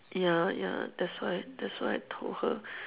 ya ya that's why that's why I told her